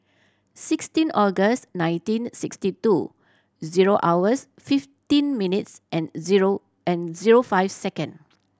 sixteen August nineteen sixty two zero hours fifteen minutes and zero and zero five second